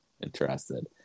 Interested